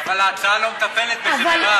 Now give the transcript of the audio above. מירב יקרה, אבל ההצעה לא מטפלת בזה, מירב.